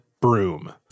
broom